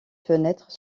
fenêtres